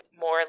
more